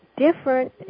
Different